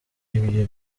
ibyo